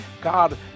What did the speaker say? God